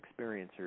experiencers